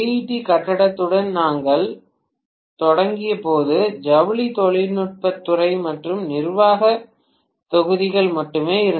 D கட்டிடத்துடன் நாங்கள் தொடங்கியபோது ஜவுளி தொழில்நுட்பத் துறை மற்றும் நிர்வாகத் தொகுதிகள் மட்டுமே இருந்தன